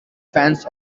fans